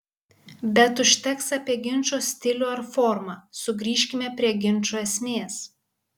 bet užteks apie ginčo stilių ar formą sugrįžkime prie ginčo esmės